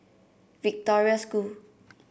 Victoria School